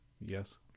yes